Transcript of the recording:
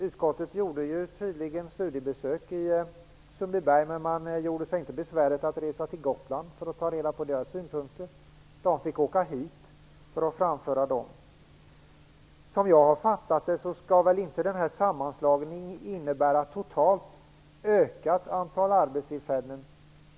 Utskottet gjorde ju nyligen studiebesök i Sundbyberg, men man gjorde sig inte besväret att resa till Gotland för att ta reda på synpunkterna från det hållet. Företrädarna därifrån fick åka hit för att framföra sina synpunkter. Som jag har uppfattat saken skall sammanslagningen väl inte innebära ett totalt sett ökat antal arbetstillfällen.